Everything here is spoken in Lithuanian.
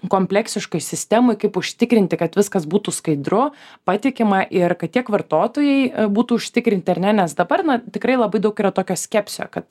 kompleksiškoj sistemoj kaip užtikrinti kad viskas būtų skaidru patikima ir kad tiek vartotojai būtų užtikrinti ar ne nes dabar na tikrai labai daug yra tokio skepsio kad